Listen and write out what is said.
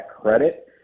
credit